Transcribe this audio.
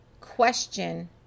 question